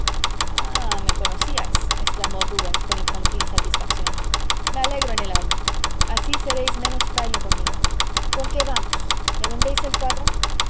ah me conocíais exclamó rubens con infantil satisfacción me alegro en el alma así seréis menos fraile conmigo conque vamos me vendéis el cuadro